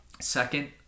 Second